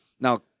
Now